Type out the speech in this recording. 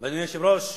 אדוני היושב-ראש,